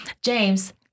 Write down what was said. James